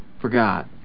forgot